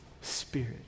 Spirit